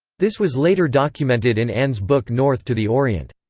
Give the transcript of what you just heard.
this was later documented in anne's book north to the orient.